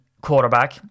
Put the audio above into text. quarterback